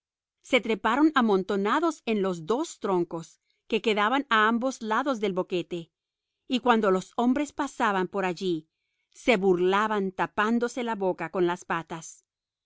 se treparon amontonados en los dos troncos que quedaban a ambos lados del boquete y cuando los hombres pasaban por allí se burlaban tapándose la boca con las patas